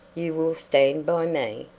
you will stand by me?